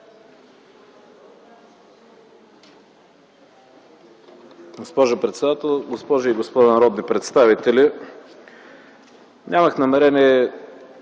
Госпожо председател, госпожи и господа народни представители! Нямах намерение